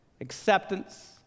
acceptance